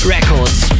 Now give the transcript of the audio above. Records